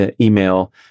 email